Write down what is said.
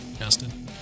Justin